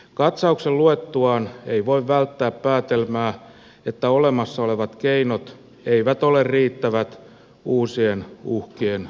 katsauksen luettuaan ei voi välttää päätelmää että olemassa olevat keinot eivät ole riittävät uusien uhkien torjumiseen